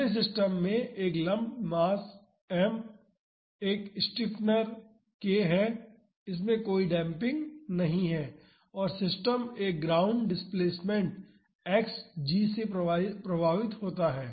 अगले सिस्टम में एक लम्प्ड मास m और एक स्टिफ़नर k है इसमें कोई डेम्पिंग नहीं है और सिस्टम एक ग्राउंड डिस्प्लेसमेंट Xg से प्रभावित होता है